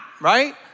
right